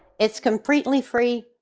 it's completely free,